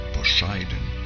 Poseidon